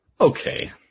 Okay